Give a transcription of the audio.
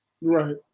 Right